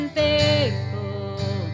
faithful